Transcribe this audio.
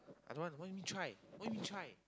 I don't want what do you mean try